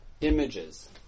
images